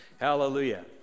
Hallelujah